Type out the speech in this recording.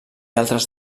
altres